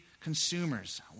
consumers